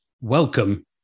Welcome